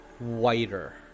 whiter